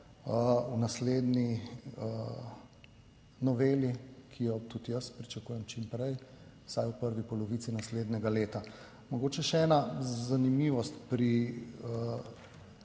v naslednji noveli, ki jo tudi jaz pričakujem čim prej, vsaj v prvi polovici naslednjega leta. Mogoče še ena zanimivost pri